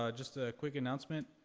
ah just a quick announcement.